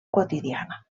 quotidiana